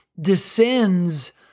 descends